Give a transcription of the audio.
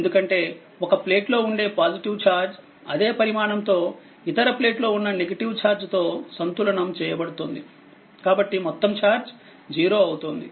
ఎందుకంటేఒక plate లో ఉండే positive charge అదే పరిమాణం తో ఇతరప్లేట్ లో ఉన్న నెగటివ్ చార్జ్ తో సంతులనం చేయబడుతుందికాబట్టిమొత్తంచార్జ్ 0 అవుతుంది